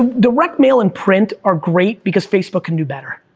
direct mail and print are great, because facebook can do better.